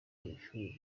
nshuro